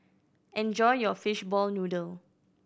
enjoy your fishball noodle